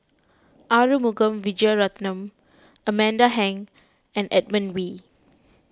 Arumugam Vijiaratnam Amanda Heng and Edmund Wee